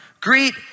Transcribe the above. greet